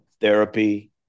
therapy